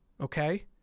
okay